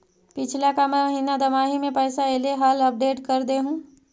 पिछला का महिना दमाहि में पैसा ऐले हाल अपडेट कर देहुन?